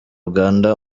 uganda